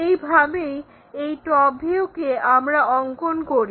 এই ভাবেই এই টপ ভিউকে আমরা অঙ্কন করি